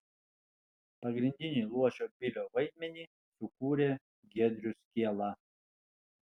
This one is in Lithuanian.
pagrindinį luošio bilio vaidmenį sukūrė giedrius kiela